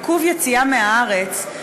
עיכוב יציאה מהארץ,